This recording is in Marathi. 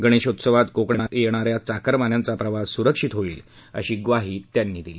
गणधीत्सवात कोकणात याव्यान्या चाकरमान्यांचा प्रवास सुरक्षित होईल अशी ग्वाही त्यांनी यावळी दिली